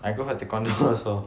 I go for taekwondo also